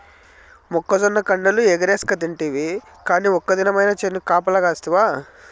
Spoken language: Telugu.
మొక్కజొన్న కండెలు ఎగరేస్కతింటివి కానీ ఒక్క దినమైన చేనుకు కాపలగాస్తివా